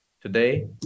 today